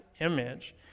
image